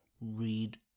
read